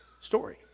story